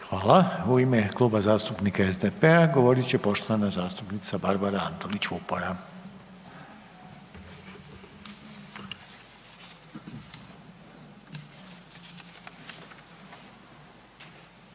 Hvala. U ime Kluba zastupnika SDP-a govorit će poštovana zastupnica Barbara Antolić Vupora.